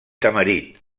tamarit